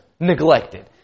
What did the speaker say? neglected